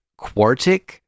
quartic